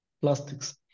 plastics